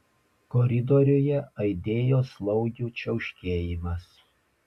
koridoriuje aidėjo slaugių čiauškėjimas